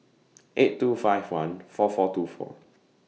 eight two five one four four two four